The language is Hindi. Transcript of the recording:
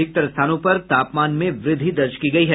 अधिकतर स्थानों पर तापमान में वृद्धि दर्ज की गयी है